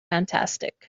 fantastic